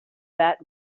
that